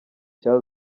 cya